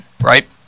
right